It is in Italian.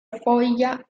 foglia